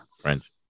French